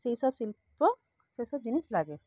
সেই সব শিল্প সেই সব জিনিস লাগে